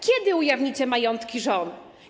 Kiedy ujawnicie majątki żon?